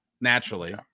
naturally